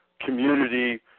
community